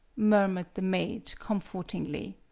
murmured the maid, comfortingly.